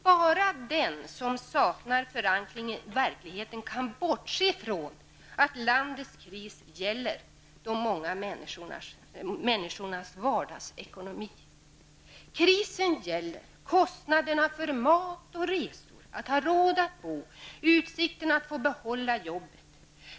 Bara den som saknar förankring i verkligheten kan bortse från att landets kris gäller de många människornas vardagsekonomi. Krisen gäller kostnaderna för mat, resor och boende samt utsikterna att få behålla jobbet.